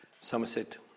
Somerset